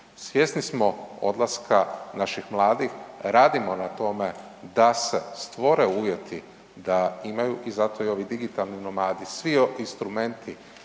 svjesni smo odlaska naših mladih, radimo na tome da se stvore uvjeti da imaju i zato i ovi digitalni nomadi, svi instrumenti,